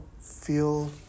feel